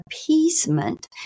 appeasement